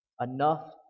Enough